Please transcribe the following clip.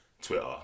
Twitter